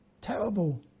Terrible